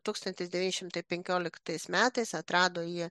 tūkstantis devyni šimtai penkioliktais metais atrado jį